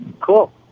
Cool